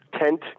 tent